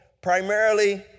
primarily